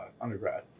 undergrad